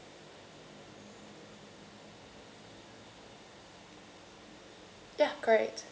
ya correct